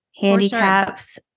handicaps